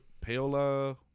Paola